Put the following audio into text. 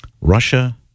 Russia